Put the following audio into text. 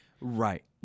right